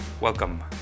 welcome